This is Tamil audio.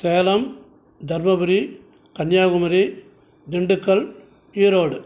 சேலம் தர்மபுரி கன்னியாகுமரி திண்டுக்கல் ஈரோடு